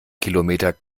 kilometer